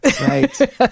Right